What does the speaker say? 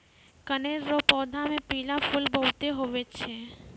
कनेर रो पौधा मे पीला फूल बहुते हुवै छै